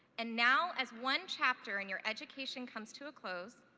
and now as one chapter in your education comes to a close,